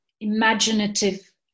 imaginative